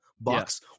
bucks